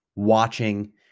watching